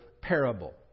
parable